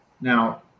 Now